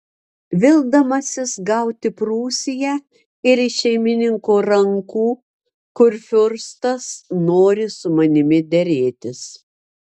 vildamasis gauti prūsiją ir iš šeimininko rankų kurfiurstas nori su manimi derėtis